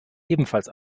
ebenfalls